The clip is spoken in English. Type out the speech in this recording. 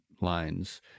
lines